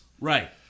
Right